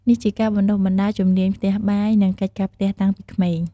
នេះជាការបណ្ដុះបណ្ដាលជំនាញផ្ទះបាយ និងកិច្ចការផ្ទះតាំងពីក្មេង។